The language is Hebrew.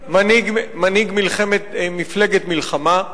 להחזיר אותם, והפך למנהיג מפלגת מלחמה.